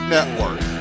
Network